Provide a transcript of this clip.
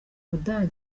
budage